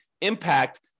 impact